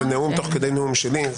זה נאום תוך כדי נאום שלי.